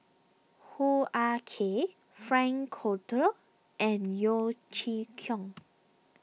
Hoo Ah Kay Frank Cloutier and Yeo Chee Kiong